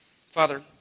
Father